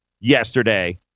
yesterday